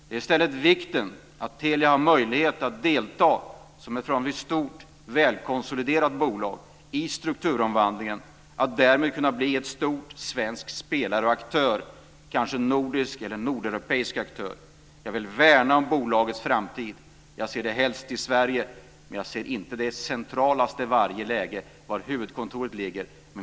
Det är i stället viktigt att Telia har möjlighet att delta som ett förhållandevis stort och välkonsoliderat bolag i strukturomvandlingen och därmed kunna bli en stor svensk spelare och aktör, kanske nordisk eller nordeuropeisk aktör. Jag vill värna om bolagets framtid. Jag ser det helst i Sverige, men jag ser det inte som det centralaste i varje läge var huvudkontoret ligger.